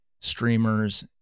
streamers